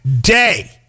day